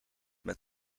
met